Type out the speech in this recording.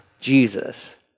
Jesus